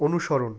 অনুসরণ